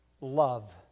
Love